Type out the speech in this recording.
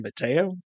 Mateo